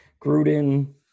Gruden